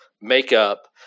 makeup